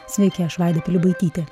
sveiki aš vaida pilibaitytė